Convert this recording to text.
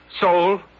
Soul